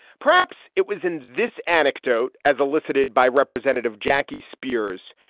perhaps it was in this anecdote as elicited by representative jackie spears,